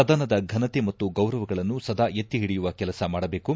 ಸದನದ ಘನತೆ ಮತ್ತು ಗೌರವಗಳನ್ನು ಸದಾ ಎತ್ತಿಹಿಡಿಯುವ ಕೆಲಸ ಮಾಡಬೇಕು